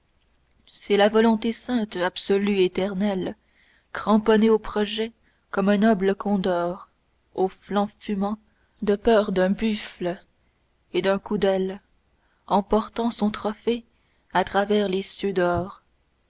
c'est la volonté sainte absolue éternelle cramponnée au projet comme un noble condor aux flancs fumants de peur d'un buffle et d'un coup d'aile emportant son trophée à travers les cieux d'or